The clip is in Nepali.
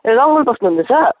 ए रङ्बुल बस्नुहुँदैछ